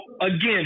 again